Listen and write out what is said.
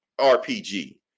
RPG